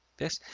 this,